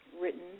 written